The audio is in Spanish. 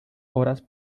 horas